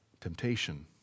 temptation